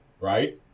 right